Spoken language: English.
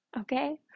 Okay